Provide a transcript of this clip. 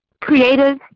creative